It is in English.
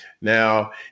Now